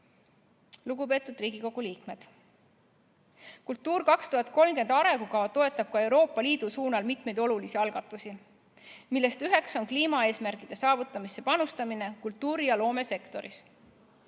Lugupeetud Riigikogu liikmed! "Kultuur 2030" toetab ka Euroopa Liidu suunal mitmeid olulisi algatusi, millest üks on kliimaeesmärkide saavutamisse panustamine kultuuri- ja loomesektoris.